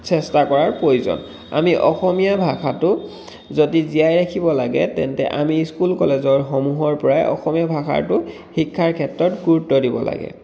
চেষ্টা কৰাৰ প্ৰয়োজন আমি অসমীয়া ভাষাটো যদি জীয়াই ৰাখিব লাগে তেন্তে আমি স্কুল কলেজসমূহৰ পৰাই অসমীয়া ভাষাটো শিক্ষাৰ ক্ষেত্ৰত গুৰুত্ব দিব লাগে